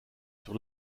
sur